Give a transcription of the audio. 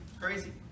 Crazy